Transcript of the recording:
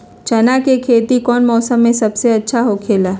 चाना के खेती कौन मौसम में सबसे अच्छा होखेला?